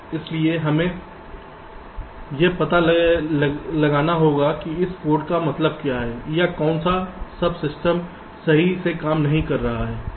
इसलिए हमें यह पता लगाना होगा कि उस कोड का मतलब क्या है या कौन सा सब सिस्टम सही से काम नहीं कर रहा है